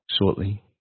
shortly